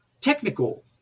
Technical